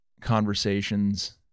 conversations